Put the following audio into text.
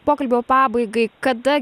pokalbio pabaigai kada